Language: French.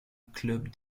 club